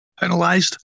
penalized